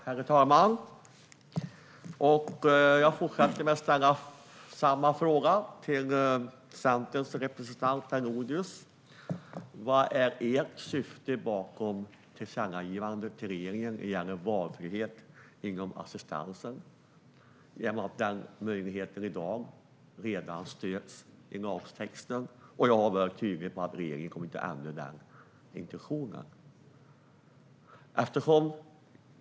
Herr talman! Jag fortsätter med att ställa samma fråga till Centerns representant Per Lodenius. Vad är ert syfte bakom tillkännagivandet till regeringen när det gäller valfrihet inom assistansen? Den möjligheten stöds redan i dag i lagtexten, och jag har varit tydlig med att regeringen inte kommer att ändra den intentionen.